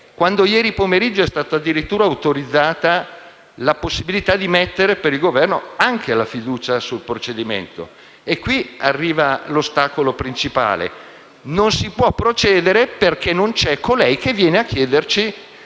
quando ieri pomeriggio è stata addirittura autorizzata la possibilità per il Governo di mettere la fiducia sul provvedimento. E qui arriva l'ostacolo principale: non si può procedere perché non c'è colei che viene a chiederci